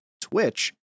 Twitch